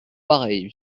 pareils